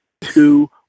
two